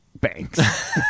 Banks